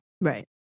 Right